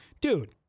dude